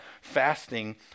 fasting